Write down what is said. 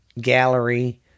gallery